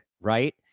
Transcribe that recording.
right